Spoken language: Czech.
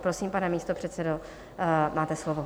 Prosím, pane místopředsedo, máte slovo.